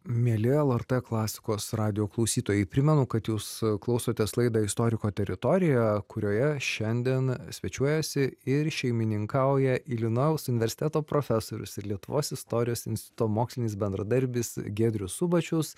mieli lrt klasikos radijo klausytojai primenu kad jūs klausotės laidą istoriko teritorija kurioje šiandien svečiuojasi ir šeimininkauja ilinojaus universiteto profesorius ir lietuvos istorijos instituto mokslinis bendradarbis giedrius subačius